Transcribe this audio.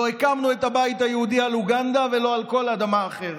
לא הקמנו את הבית היהודי על אוגנדה ולא על כל אדמה אחרת.